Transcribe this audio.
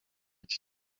iki